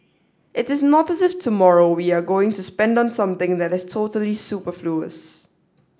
it is not as if tomorrow we are going to spend on something that is totally superfluous